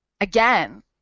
Again